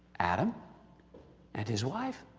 adam and his wife.